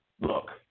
Look